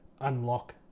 unlock